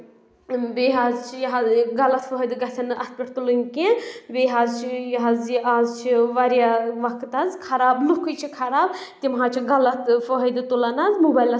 بیٚیہِ حظ چھِ یہِ حظ غلط فٲیدٕ گژھن نہٕ اَتھ پؠٹھ تُلٕنۍ کینٛہہ بیٚیہِ حظ چھِ یہِ حظ یہِ آز چھِ واریاہ وقت حظ خراب لُکھٕے چھِ خراب تِم حظ چھِ غلط فٲیدٕ تُلن حظ موبایلَس پؠٹھ تہِ